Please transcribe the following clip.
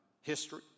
history